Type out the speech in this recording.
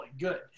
good